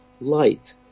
light